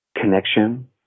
connection